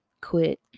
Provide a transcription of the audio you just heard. quit